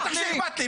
בטח שאכפת לי.